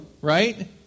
right